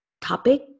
topic